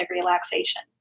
relaxation